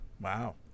Wow